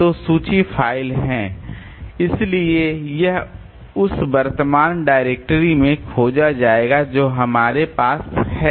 तो सूची फ़ाइल है इसलिए यह उस वर्तमान डायरेक्टरी में खोजा जाएगा जो हमारे पास है